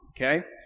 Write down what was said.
Okay